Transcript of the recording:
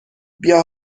بیا